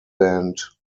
band